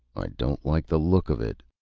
i don't like the look of it.